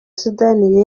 sudani